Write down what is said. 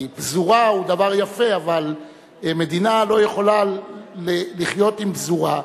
כי פזורה זה דבר יפה אבל מדינה לא יכולה להיות עם פזורה.